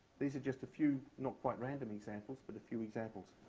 these are just a few not-quite-random examples, but a few examples.